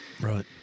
right